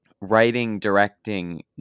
writing-directing